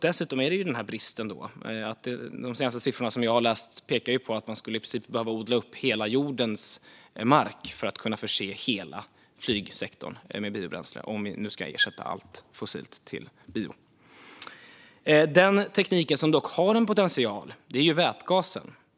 Dessutom har det den bristen att man, enligt de senaste siffrorna jag har läst, skulle behöva odla upp i princip hela jordens mark för att kunna förse hela flygsektorn med biobränsle om vi nu skulle ersätta allt fossilt bränsle med biobränsle. Den teknik som dock har potential är vätgasen.